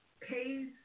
pays